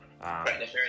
Right